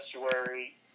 estuary